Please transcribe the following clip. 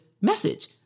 message